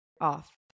off